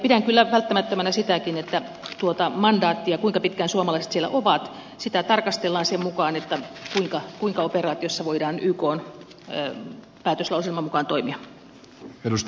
pidän kyllä välttämättömänä sitäkin että tuota mandaattia kuinka pitkään suomalaiset siellä ovat tarkastellaan sen mukaan kuinka operaatiossa voidaan ykn päätöslauselman mukaan toimia